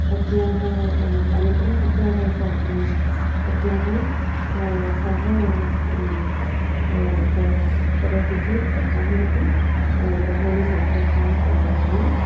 सख्याः अनन्तरं सख्याः साकं सख्याः सह कर करोति चेत् अहमपि बहूनि सन्तोषम् अनुभवामि